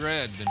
Red